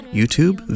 YouTube